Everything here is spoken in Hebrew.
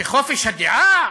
שחופש הדעה,